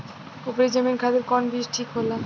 उपरी जमीन खातिर कौन बीज ठीक होला?